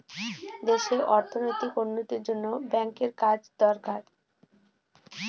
দেশে অর্থনৈতিক উন্নতির জন্য ব্যাঙ্কের কাজ দরকার